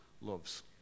loves